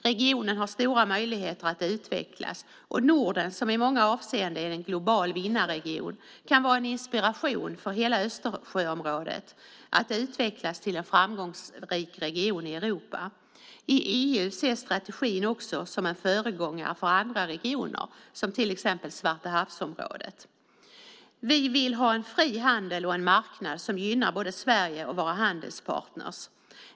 Regionen har stora möjligheter att utvecklas, och Norden, som i många avseenden är en global vinnarregion, kan vara en inspiration för hela Östersjöområdet att utvecklas till en framgångsrik region i Europa. I EU ses strategin också som en föregångare för andra regioner, till exempel Svartahavsområdet. Vi vill ha en fri handel och en marknad som gynnar både Sverige och våra handelspartner.